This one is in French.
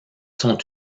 sont